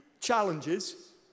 challenges